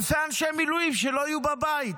אלפי אנשי מילואים שלא יהיו בבית.